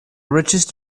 richest